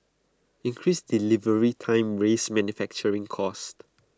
increased delivery times raise manufacturing costs